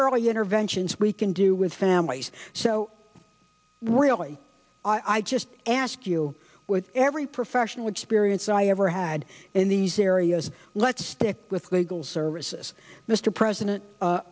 early interventions we can do with families so really i just ask you with every professional experience i ever had in these areas let's stick with legal services mr president